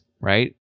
right